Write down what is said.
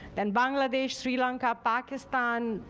then bangladesh, sri lanka, pakistan,